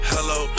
Hello